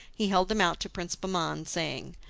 he held them out to prince bahman, saying,